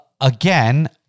again